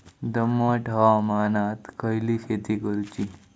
दमट हवामानात खयली शेती करूची?